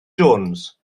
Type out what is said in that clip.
jones